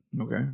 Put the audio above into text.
Okay